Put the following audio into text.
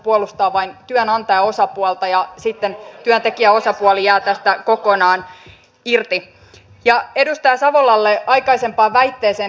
mutta toki sitäkin enemmän siihen päästäisiin sillä että työmarkkinajärjestöt löytäisivät kokonaisratkaisun jossa nämä molemmat asiat hoidetaan